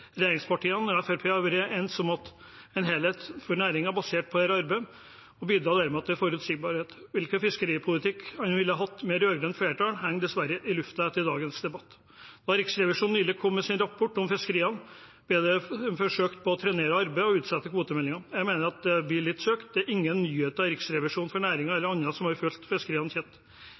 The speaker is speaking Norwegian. Regjeringspartiene og Fremskrittspartiet har vært enige om å se på næringen som en helhet basert på dette arbeidet, og det bidrar dermed til forutsigbarhet. Hvilken fiskeripolitikk en ville hatt med rød-grønt flertall, henger dessverre i luften etter dagens debatt. Da Riksrevisjonen nylig kom med sin rapport om fiskeriene, ble det forsøkt å trenere arbeidet og utsette kvotemeldingen. Jeg mener det blir litt søkt. Det er ingen nyheter i Riksrevisjonens rapport for næringen eller andre som har fulgt